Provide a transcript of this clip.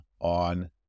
on